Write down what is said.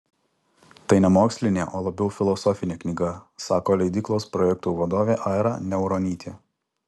tai ne mokslinė o labiau filosofinė knyga sako leidyklos projektų vadovė aira niauronytė